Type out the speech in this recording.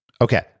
Okay